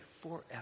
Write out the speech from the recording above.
forever